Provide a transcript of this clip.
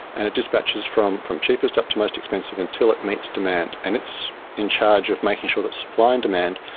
and it dispatches from from cheapest up to most expensive until it meets demand. and it's in charge of making sure that supply and demand,